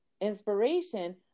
inspiration